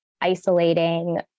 isolating